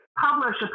publish